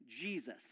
Jesus